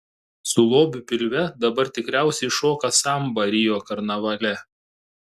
su lobiu pilve dabar tikriausiai šoka sambą rio karnavale